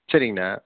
சரிங்கண்ணா